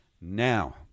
Now